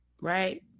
right